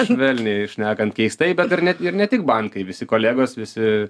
švelniai šnekant keistai bet ir net ir ne tik bankai visi kolegos visi